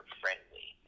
friendly